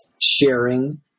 sharing